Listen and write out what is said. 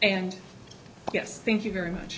and yes thank you very much